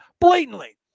blatantly